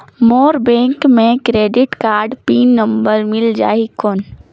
मोर bank मे credit card pin number मिल जाहि कौन?